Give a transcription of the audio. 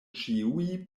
ĉiuj